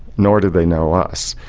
nor did they know us,